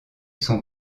sont